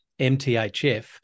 MTHF